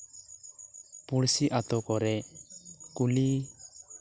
ᱯᱩᱲᱥᱤ ᱟᱛᱳ ᱠᱚᱨᱮᱜ ᱠᱩᱞᱤ